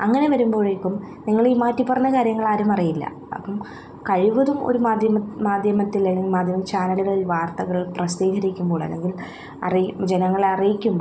അങ്ങനെ വരുമ്പോഴേക്കും നിങ്ങൾ ഈ മാറ്റിപ്പറഞ്ഞ കാര്യങ്ങൾ ആരും അറിയില്ല അപ്പം കഴിവതും ഒരു മാധ്യമ മാധ്യമത്തിൽ അല്ലെങ്കിൽ മാധ്യമ ചാനലുകളിൽ വാർത്തകൾ പ്രസിദ്ധീകരിക്കുമ്പോൾ അല്ലെങ്കിൽ അറിയ ജനങ്ങളെ അറിയിക്കുമ്പോൾ